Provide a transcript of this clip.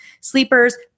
sleepers